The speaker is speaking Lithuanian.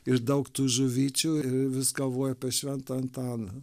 ir daug tų žuvyčių ir vis galvoju apie šventą antaną